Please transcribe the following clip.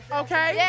okay